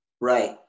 Right